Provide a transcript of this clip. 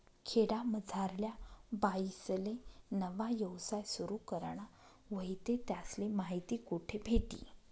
खेडामझारल्या बाईसले नवा यवसाय सुरु कराना व्हयी ते त्यासले माहिती कोठे भेटी?